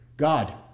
God